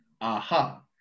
Aha